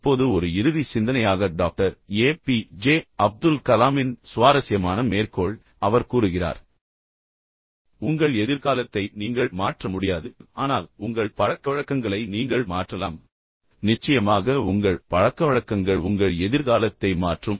இப்போது ஒரு இறுதி சிந்தனையாக doctor A P J Abdul கலாமின் சுவாரஸ்யமான மேற்கோள் அவர் கூறுகிறார் உங்கள் எதிர்காலத்தை நீங்கள் மாற்ற முடியாது ஆனால் உங்கள் பழக்கவழக்கங்களை நீங்கள் மாற்றலாம் உங்கள் எதிர்காலத்தை நீங்கள் மாற்ற முடியாது ஆனால் நீங்கள் உங்கள் பழக்கவழக்கங்களை மாற்றலாம் நிச்சயமாக உங்கள் பழக்கவழக்கங்கள் உங்கள் எதிர்காலத்தை மாற்றும்